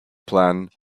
plan